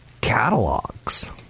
catalogs